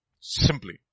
Simply